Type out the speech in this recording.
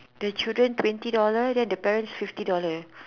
the children twenty dollar then the parents fifty dollar